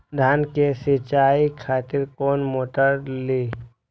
धान के सीचाई खातिर कोन मोटर ली?